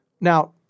Now